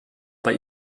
bei